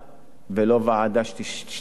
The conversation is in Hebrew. ולא ועדה שתבדוק.